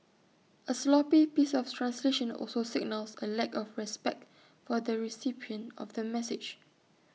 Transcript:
A sloppy piece of translation also signals A lack of respect for the recipient of the message